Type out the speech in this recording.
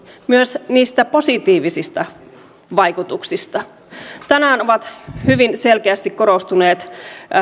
myös niistä positiivisista vaikutuksista tänään ovat hyvin selkeästi korostuneet